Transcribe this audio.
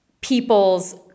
people's